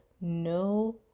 no